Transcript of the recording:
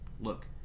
Look